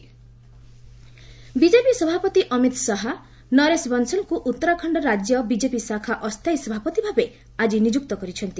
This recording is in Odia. ବିଜେପି ୟୁକେ ବିଜେପି ସଭାପତି ଅମିତ ଶାହା ନରେଶ ବନସଲଙ୍କୁ ଉତ୍ତରାଖଣ ରାଜ୍ୟ ବିଜେପି ଶାଖା ଅସ୍ଥାୟୀ ସଭାପତି ଭାବେ ଆଜି ନିଯୁକ୍ତ କରିଛନ୍ତି